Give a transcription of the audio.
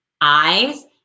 eyes